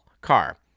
car